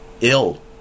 ill